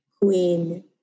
Queen